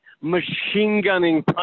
machine-gunning